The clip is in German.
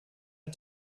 ein